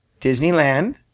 Disneyland